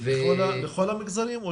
לכל המגזרים?